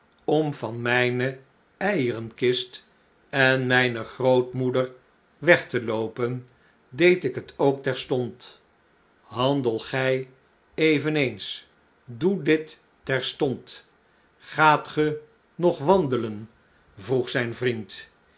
om van mijne eierenkist en mijne grootmoeder weg te loopen deed ik het ook terstond handel gij eveneens doe dit terstond gaat ge nog wandelen vroeg zijnvriend